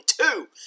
two